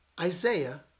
Isaiah